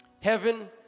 Heaven